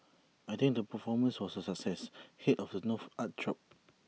I think the performance was A success Head of the North's art troupe